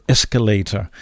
Escalator